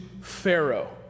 Pharaoh